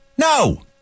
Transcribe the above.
no